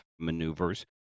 maneuvers